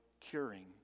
curing